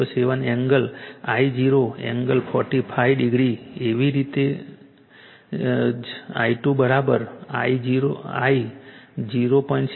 707 angle I0 angle 45 degree એવી જ રીતે I2 બરાબર I 0